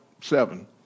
seven